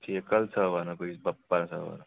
ठीक ऐ ठीक ऐ कल तुस आई जाओ कोई बारां सवा बारां